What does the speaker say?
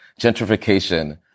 gentrification